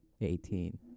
eighteen